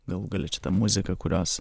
galų gale čia ta muzika kurios